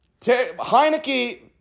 Heineke